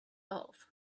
off